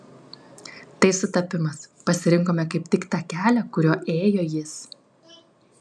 tai sutapimas pasirinkome kaip tik tą kelią kuriuo ėjo jis